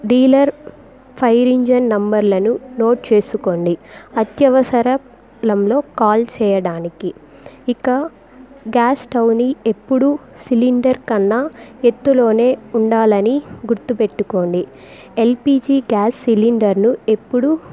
dealer fire engine number లను note చేసుకోండి అత్యవసర లంలో కాల్ చేయడానికి ఇక గ్యాస్ స్టవ్ ని ఎప్పుడూ సిలిండర్ కన్నా ఎత్తులోనే ఉండాలని గుర్తుకుపెట్టుకోండి ఎల్పీజీ గ్యాస్ సిలిండర్ ను ఎప్పుడూ